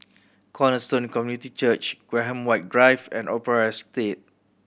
Cornerstone Community Church Graham White Drive and Opera Estate